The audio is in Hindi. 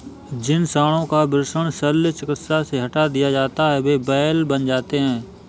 जिन साँडों का वृषण शल्य चिकित्सा से हटा दिया जाता है वे बैल बन जाते हैं